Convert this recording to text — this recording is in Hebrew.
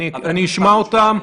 אשמע אותם.